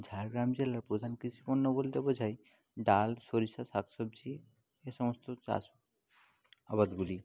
ঝাড়গ্রাম জেলার প্রধান কৃষিপণ্য বলতে বোঝায় ডাল সরিষা শাকসবজি এ সমস্ত চাষ আবাদগুলি